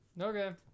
Okay